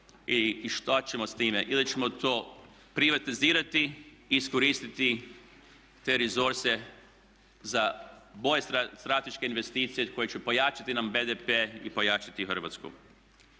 i što ćemo s time. Ili ćemo to privatizirati i iskoristiti te resurse za bolje strateške investicije koje će pojačati nam BDP i pojačati Hrvatsku.